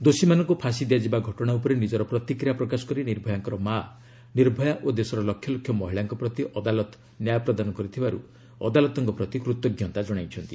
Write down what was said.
ଦୋଷୀମାନଙ୍କୃ ଫାଶୀ ଦିଆଯିବା ଘଟଣା ଉପରେ ନିଜର ପ୍ରତିକ୍ରିୟା ପ୍ରକାଶ କରି ନିର୍ଭୟାଙ୍କର ମାଆ ନିର୍ଭୟା ଓ ଦେଶର ଲକ୍ଷ ଲକ୍ଷ ମହିଳାଙ୍କ ପ୍ରତି ଅଦାଲତ ନ୍ୟାୟ ପ୍ରଦାନ କରିଥିବାରୁ ଅଦାଲତଙ୍କ ପ୍ରତି କୃତଜ୍ଞତା କଣାଇଛନ୍ତି